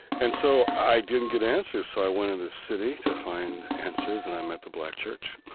and so i didn't get answers. so i went in the city to find answers, and i met the black church.